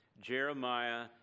jeremiah